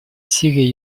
сирией